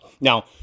Now